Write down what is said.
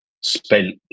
spent